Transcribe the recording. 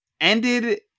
ended